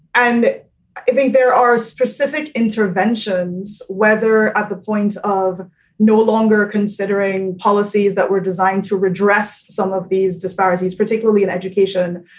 and i think there are specific interventions, whether at the point of no longer considering policies that were designed to redress some of these disparities, particularly in education,